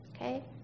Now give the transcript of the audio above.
Okay